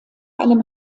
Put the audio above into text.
einem